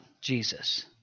Jesus